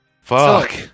Fuck